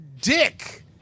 dick